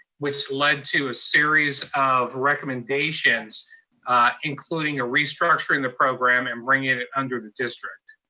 which lead to a series of recommendations including ah restructuring the program, and bringing it it under the district.